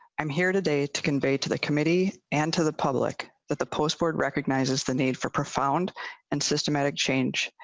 i'm here today to convey to the committee and to the public that the post board recognizes the need for profound and systematic change.